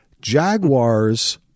Jaguars